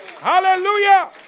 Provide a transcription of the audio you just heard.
hallelujah